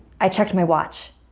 i checked my watch,